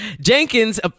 Jenkins